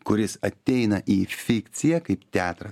kuris ateina į fikciją kaip teatrą